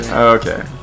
Okay